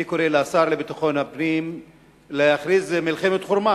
אני קורא לשר לביטחון הפנים להכריז מלחמת חורמה